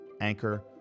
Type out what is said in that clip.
Anchor